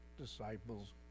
disciples